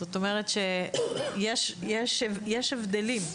זאת אומרת שיש הבדלים,